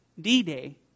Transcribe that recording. D-Day